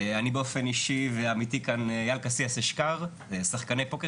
אני באופן אישי ועמיתי כאן אייל אשכר שחקני פוקר